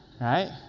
right